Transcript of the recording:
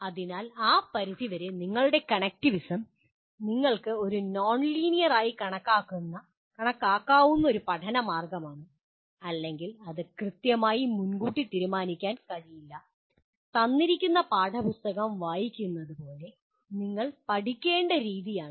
അതിനാൽ ആ പരിധിവരെ നിങ്ങളുടെ കണക്റ്റിവിസം നിങ്ങൾക്ക് ഒരു നോൺലീനിയർ ആയി കണക്കാക്കാവുന്ന ഒരു പഠന മാർഗ്ഗമാണ് അല്ലെങ്കിൽ അത് കൃത്യമായി മുൻകൂട്ടി തീരുമാനിക്കാൻ കഴിയില്ല തന്നിരിക്കുന്ന പാഠപുസ്തകം വായിക്കുന്നത് പോലെ നിങ്ങൾ പഠിക്കേണ്ട രീതിയാണിത്